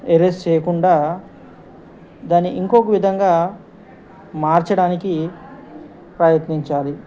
erase చేయకుండా దాన్ని ఇంకొక విధంగా మార్చడానికి ప్రయత్నించాలి